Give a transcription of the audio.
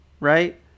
right